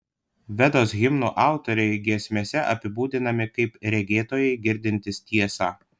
vedos himnų autoriai giesmėse apibūdinami kaip regėtojai girdintys tiesą